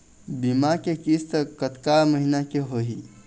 बीमा के किस्त कतका महीना के होही?